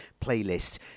playlist